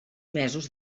mesos